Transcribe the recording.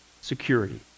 security